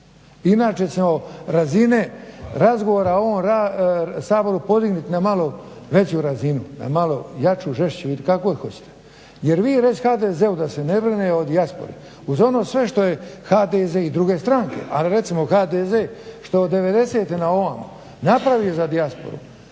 Inače ćemo razine razgovora u ovom Saboru podignuti na malo veću razinu, malo jaču, žešću ili kako god hoćete jer vi reć HDZ-u da se ne brine o dijaspori uz sve ono što je HDZ i druge stranke, al što je HDZ što od 90.-te na ovamo napravio za dijasporu